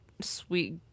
sweet